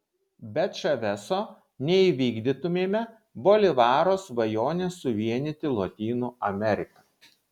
be čaveso neįvykdytumėme bolivaro svajonės suvienyti lotynų ameriką